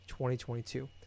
2022